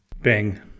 Bang